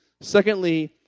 Secondly